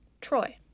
Troy